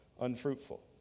unfruitful